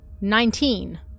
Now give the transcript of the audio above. Nineteen